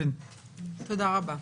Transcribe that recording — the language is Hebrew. תודה רבה.